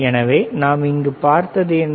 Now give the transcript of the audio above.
எனவே நாம் இங்கே பார்த்தது என்ன